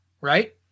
right